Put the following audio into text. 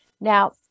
Now